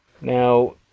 Now